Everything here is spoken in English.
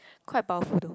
quite powerful though